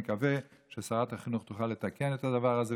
אני מקווה ששרת החינוך תוכל לתקן את הדבר הזה,